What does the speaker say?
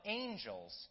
angels